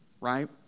right